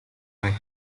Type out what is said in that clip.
right